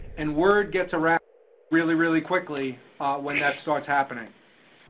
and word gets around really, really quickly when that starts happening.